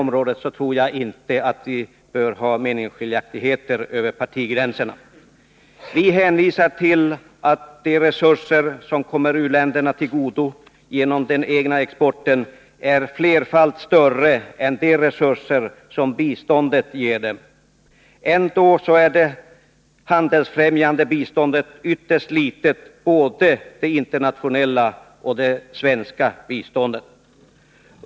På den punkten tror jag inte vi behöver ha meningsskiljaktigheter över partigränserna. Vi hänvisar till att de resurser som kommer u-länderna till godo genom den egna exporten är flerfalt större än de resurser biståndet ger dem. Ändå är det handelsfrämjande biståndet ytterst litet, både det internationella och det svenska.